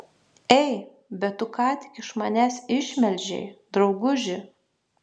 ei bet tu ką tik iš manęs išmelžei drauguži